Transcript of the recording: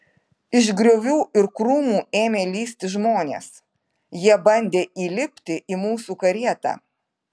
iš griovių ir krūmų ėmė lįsti žmonės jie bandė įlipti į mūsų karietą